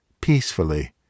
peacefully